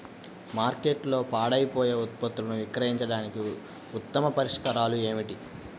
మార్కెట్లో పాడైపోయే ఉత్పత్తులను విక్రయించడానికి ఉత్తమ పరిష్కారాలు ఏమిటి?